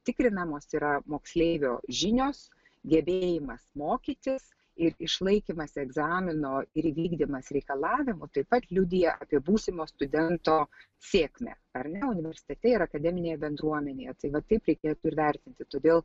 tikrinamos yra moksleivio žinios gebėjimas mokytis ir išlaikymas egzamino ir įvykdymas reikalavimų taip pat liudija apie būsimo studento sėkmę ar ne universitete ir akademinėje bendruomenėje tai va taip reikėtų ir vertinti todėl